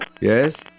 Yes